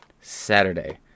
Saturday